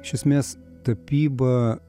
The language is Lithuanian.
iš esmės tapyba